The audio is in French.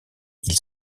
ils